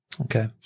Okay